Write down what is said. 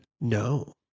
no